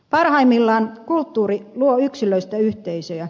parhaimmillaan kulttuuri luo yksilöistä yhteisöjä